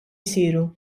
jsiru